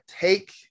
take